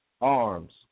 arms